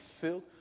filled